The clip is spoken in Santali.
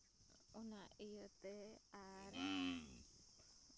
ᱚᱱᱟ ᱤᱭᱟᱹᱛᱮ ᱟᱨ